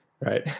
right